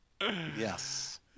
Yes